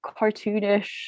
cartoonish